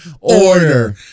Order